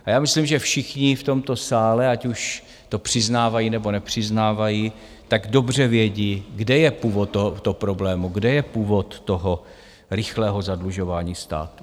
A já myslím, že všichni v tomto sále, ať už to přiznávají nebo nepřiznávají, tak dobře vědí, kde je původ tohoto problému, kde je původ toho rychlého zadlužování státu.